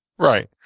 Right